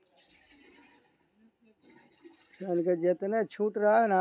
मधुमाछीक छत्ता सं शहद कें तरल रूप मे निकालल जाइ छै